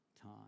time